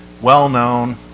well-known